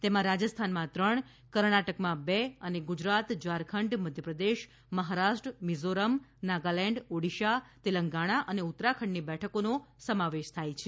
તેમાં રાજસ્થાનમાં ત્રણ કર્ણાટકમાં બે અને ગુજરાત ઝારખંડ મધ્યપ્રદેશ મહારાષ્ટ્ર મિઝોરમ નાગાલેન્ડ ઓડિશા તેલંગાણા અને ઉત્તરાખંડની બેઠકોનો સમાવેશ થાય છે